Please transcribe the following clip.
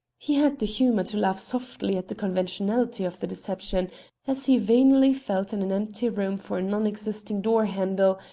he had the humour to laugh softly at the conventionality of the deception as he vainly felt in an empty room for a non-existing doorhandle,